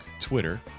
Twitter